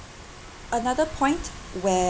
another point where